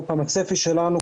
הצפי שלנו,